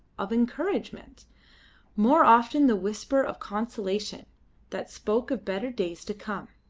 of encouragement more often the whisper of consolation that spoke of better days to come.